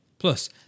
Plus